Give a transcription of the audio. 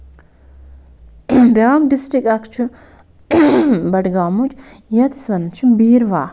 بیٛاکھ ڈِسٹرک اکھ چھُ بڈگامٕچ یَتھ أسۍ وَنان چھِ بیٖروہ